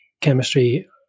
chemistry